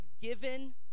given